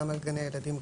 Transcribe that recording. גם על גני ילדים,